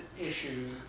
issues